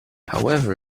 however